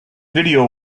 video